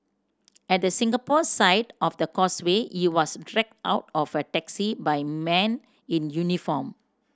at the Singapore side of the Causeway he was dragged out of a taxi by men in uniform